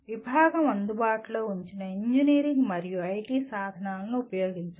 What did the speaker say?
విభాగం అందుబాటులో ఉంచిన ఇంజనీరింగ్ మరియు ఐటి సాధనాలను ఉపయోగించండి